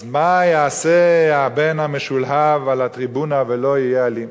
אז מה יעשה הבן המשולהב על הטריבונה ולא יהיה אלים?